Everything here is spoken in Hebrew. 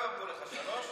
שלוש?